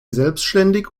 selbstständig